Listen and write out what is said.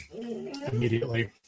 immediately